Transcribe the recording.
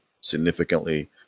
significantly